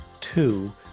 two